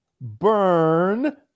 burn